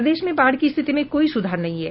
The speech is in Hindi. प्रदेश में बाढ़ की स्थिति में कोई सुधार नहीं है